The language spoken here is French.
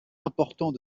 important